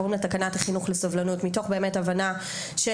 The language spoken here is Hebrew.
קוראים לה תקנת החינוך לסובלנות מתוך באמת הבנה של